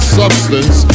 substance